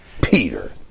Peter